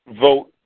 vote